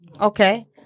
okay